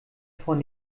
von